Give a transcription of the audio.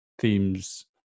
themes